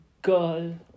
Girl